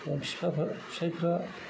दा बिफाफ्रा फिसाइफ्रा